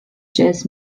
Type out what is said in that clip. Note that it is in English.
jazz